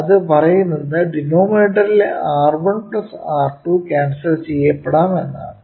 ഇത് പറയുന്നത് ഡിനോമിനേറ്ററിലെ R1 R2 ക്യാൻസൽ ചെയ്യപ്പെടാം എന്നാണ്